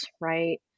right